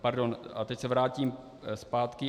Pardon, teď se vrátím zpátky.